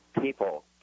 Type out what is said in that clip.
people